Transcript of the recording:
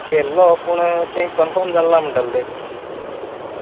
केल्लो पूण तें कन्फर्म जालें ना म्हणटालें ते